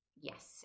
Yes